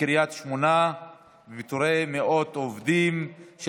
בקריית שמונה ופיטורי מאות עובדים, מס'